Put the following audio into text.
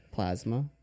Plasma